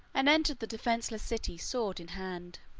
and entered the defenceless city sword in hand.